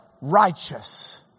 righteous